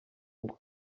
ngo